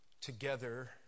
together